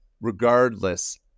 Regardless